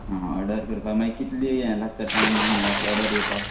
आ order करपा माय कितली हे लागता टायम म्हळ्या अश ऑर्डर येवपा